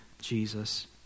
Jesus